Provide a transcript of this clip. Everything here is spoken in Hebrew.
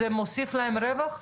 זה מוסיף להם רווח?